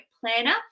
planner